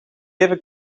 even